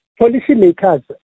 Policymakers